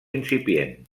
incipient